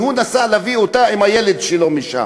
והוא נסע להביא אותה עם הילד שלו משם.